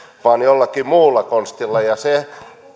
vaan jollakin muulla konstilla se